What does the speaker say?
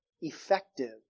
effective